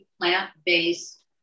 plant-based